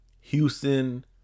Houston